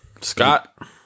Scott